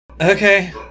Okay